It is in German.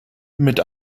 mit